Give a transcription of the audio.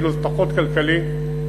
וזה כאילו פחות כלכלי,